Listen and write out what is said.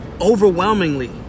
overwhelmingly